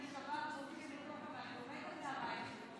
שב"חים נכנסים לתוך הבית, מטר מהבית שלי.